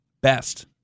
best